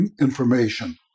information